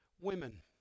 women